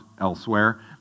elsewhere